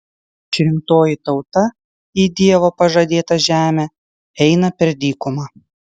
išrinktoji tauta į dievo pažadėtą žemę eina per dykumą